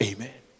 Amen